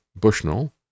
Bushnell